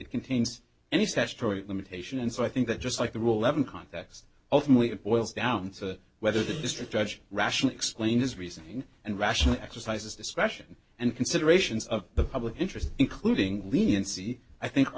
contains any statutory limitation and so i think that just like the rule levon context ultimately it boils down to whether the district judge rationally explain his reasoning and rational exercise discretion and considerations of the public interest including leniency i think a